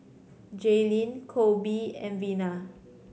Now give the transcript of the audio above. Jaylene Coby and Vena